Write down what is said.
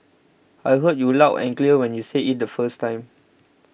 I heard you loud and clear when you said it the first time